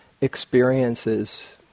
experiences